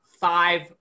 five